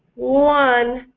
one!